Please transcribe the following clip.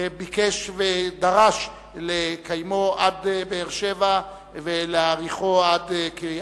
ביקש ודרש לקיימו עד באר-שבע ולהאריכו עד קריית-שמונה,